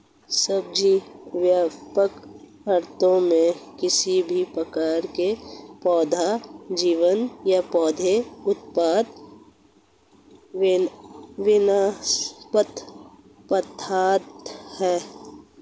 सब्जी, व्यापक अर्थों में, किसी भी प्रकार का पौधा जीवन या पौधे उत्पाद वनस्पति पदार्थ है